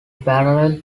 parallel